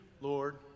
Lord